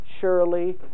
surely